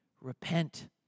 Repent